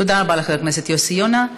תודה רבה לחבר הכנסת יוסי יונה.